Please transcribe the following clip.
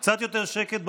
קצת יותר שקט במליאה.